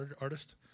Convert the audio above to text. artist